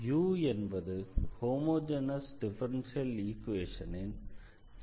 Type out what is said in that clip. u என்பது homogeneous differential ஈக்வேஷனின் general solution என எடுக்கலாம்